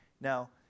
Now